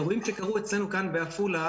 האירועים שקרו אצלנו כאן בעפולה,